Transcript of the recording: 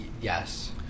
yes